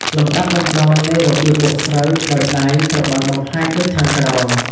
លំដាប់លំដោយនៃរបៀបបុកស្រូវដោយដៃត្រូវបានបង្ហាញដូចខាងក្រោម។